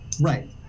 Right